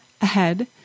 Ahead